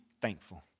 thankful